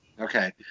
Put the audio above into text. Okay